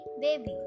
baby